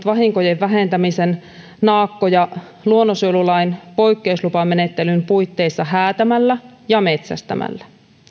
vahinkojen vähentämisen naakkoja luonnonsuojelulain poikkeuslupamenettelyn puitteissa häätämällä ja metsästämällä